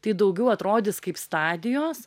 tai daugiau atrodys kaip stadijos